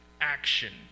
action